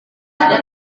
tinggal